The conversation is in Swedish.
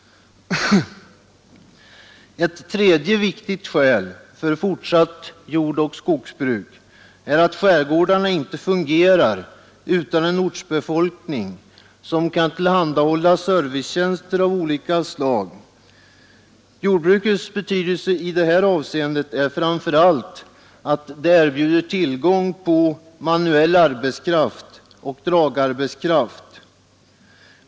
Ett tredje viktigt skäl för fortsatt jordoch skogsbruk är att skärgårdarna inte fungerar utan en ortsbefolkning som kan tillhandahålla servicetjänster av olika slag. Jordbrukets betydelse i det här avseendet är framför allt att det erbjuder tillgång på manuell arbetskraft och dragarbetskraft.